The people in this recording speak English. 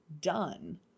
done